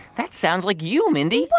that sounds like you, mindy what?